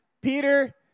Peter